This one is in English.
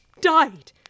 died